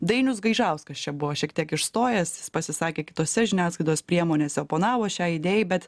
dainius gaižauskas čia buvo šiek tiek išstojęs pasisakė kitose žiniasklaidos priemonėse oponavo šiai idėjai bet